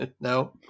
No